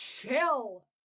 chill